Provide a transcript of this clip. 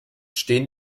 stehen